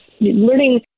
learning